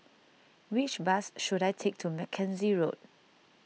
which bus should I take to Mackenzie Road